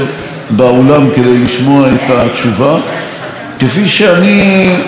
כפי שאני משתדל להיות באולם כאשר מציגים את הצעות האי-אמון,